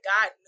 God